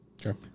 Sure